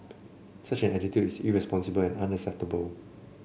such an attitude is irresponsible and unacceptable